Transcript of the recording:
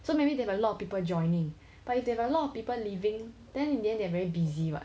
so maybe they have a lot of people joining but if they have a lot of people leaving then in the end they are very busy [what]